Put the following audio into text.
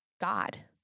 God